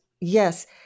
yes